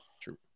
True